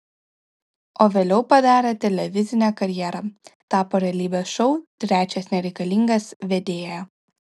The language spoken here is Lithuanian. o vėliau padarė televizinę karjerą tapo realybės šou trečias nereikalingas vedėja